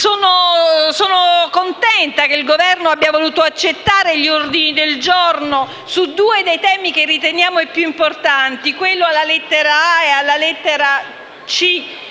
Sono contenta che il Governo abbia voluto accettare gli ordini del giorno su due dei temi che riteniamo più importanti, di cui alla lettera *a)* e alla lettera